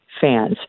fans